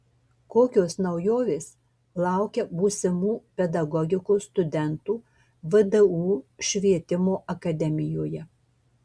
kokios naujovės laukia būsimų pedagogikos studentų vdu švietimo akademijoje